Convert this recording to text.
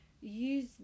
Use